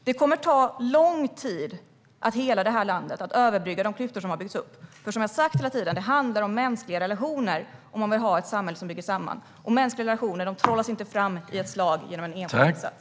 Det kommer att ta lång tid att hela det här landet och överbrygga de klyftor som har byggts upp. Som jag har sagt hela tiden handlar det om mänskliga relationer om man vill ha ett samhälle som håller samman. Och mänskliga relationer trollas inte fram i ett slag genom en enskild insats.